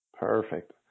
Perfect